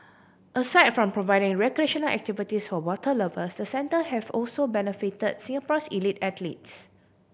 aside from providing recreational activities for water lovers the centre has also benefit Singapore's elite athletes